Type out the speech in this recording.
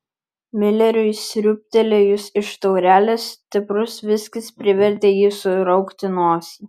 mileriui sriūbtelėjus iš taurelės stiprus viskis privertė jį suraukti nosį